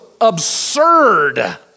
absurd